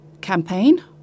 campaign